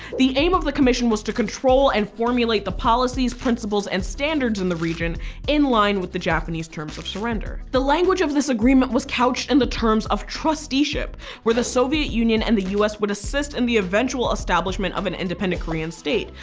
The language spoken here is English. the aim of the commission was to control and formulate the policies, principles, and standards in the region in line with the japanese terms of surrender. the language of this agreement was couched in and the terms of trusteeship where the soviet union and the us would assist in the eventual establishment of an independent korean state.